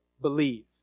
believe